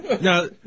Now